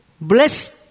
bless